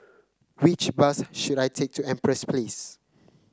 which bus should I take to Empress Place